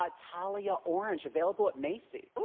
ah tallia orange, available at macy's. ooh!